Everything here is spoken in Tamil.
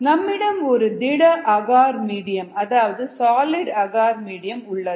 நம்மிடம் ஒரு திட அகார் மீடியம் அதாவது சாலிட் அகார் மீடியம் உள்ளது